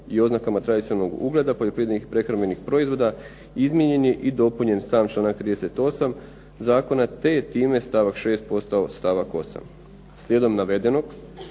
i oznakama tradicionalnog ugleda poljoprivrednih i prehrambenih proizvoda izmijenjen je i dopunjen sam članak 38. zakona te je time stavak 6. postao stavak 8. Slijedom navedenog